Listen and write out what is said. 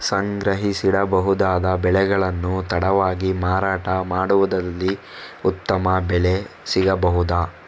ಸಂಗ್ರಹಿಸಿಡಬಹುದಾದ ಬೆಳೆಗಳನ್ನು ತಡವಾಗಿ ಮಾರಾಟ ಮಾಡುವುದಾದಲ್ಲಿ ಉತ್ತಮ ಬೆಲೆ ಸಿಗಬಹುದಾ?